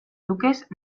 duques